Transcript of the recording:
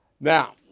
Now